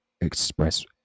express